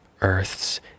Earth's